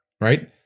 Right